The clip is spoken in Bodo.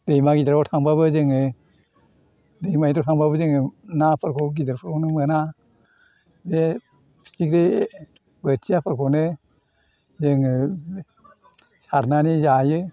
दैमा गिदिराव थांबाबो जोङो दैमा गिदिराव थांबाबो जोङो नाफोरखौ गिदिरफोरखौनो मोना बे फिथिख्रि बोथियाफोरखौनो जोङो सारनानै जायो